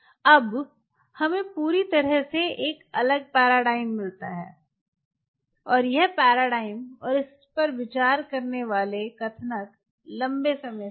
अब यह हमें पूरी तरह से एक अलग पैराडाइम में लाता है और यह पैराडाइम और इस पर विचार करने वाले कथानक लंबे समय से हैं